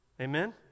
Amen